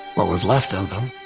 what was left of them,